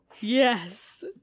yes